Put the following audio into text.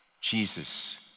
Jesus